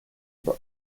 but